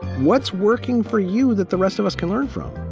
what's working for you that the rest of us can learn from?